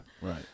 Right